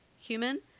human